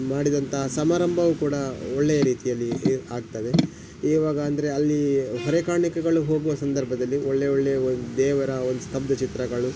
ಮಾಡಿದಂತಹ ಸಮಾರಂಭ ಕೂಡ ಒಳ್ಳೆಯ ರೀತಿಯಲ್ಲಿ ಆಗ್ತದೆ ಇವಾಗ ಅಂದರೆ ಅಲ್ಲಿ ಹೊರೆ ಕಾಣಿಕೆಗಳು ಹೋಗುವ ಸಂದರ್ಭದಲ್ಲಿ ಒಳ್ಳೆ ಒಳ್ಳೆ ಒಂದು ದೇವರ ಒಂದು ಸ್ತಬ್ಧ ಚಿತ್ರಗಳು